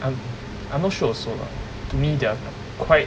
I'm I'm not sure also lah to me they are quite